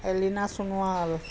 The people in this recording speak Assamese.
এলিনা সোণোৱাল